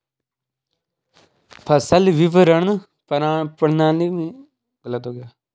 फसल विपणन प्रणाली में सरकार द्वारा क्या क्या कार्य किए जा रहे हैं?